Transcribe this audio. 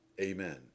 Amen